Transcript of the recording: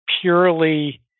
purely